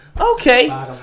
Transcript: Okay